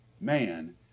man